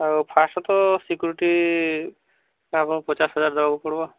ଆଉ ଫାର୍ଷ୍ଟ୍ ତ ସିକୁରିଟି ପଚାଶ ହଜାରେ ଦେବାକୁ ପଡ଼ିବ